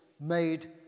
made